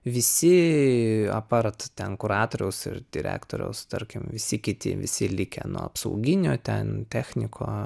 visi apart ten kuratoriaus ir direktoriaus tarkim visi kiti visi likę nuo apsauginio ten techniko